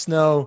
no